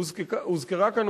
הוזכרה כאן,